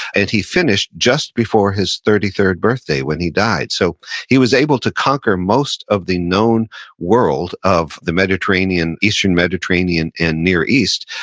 and he finished just before his thirty third birthday when he died. so he was able to conquer most of the known world of the mediterranean, eastern mediterranean and near east,